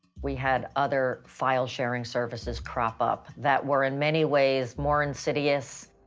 we had other file sharing services crop up that were in many ways more insidious.